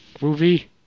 movie